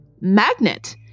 magnet